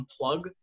unplug